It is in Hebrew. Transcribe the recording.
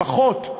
לפחות,